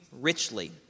richly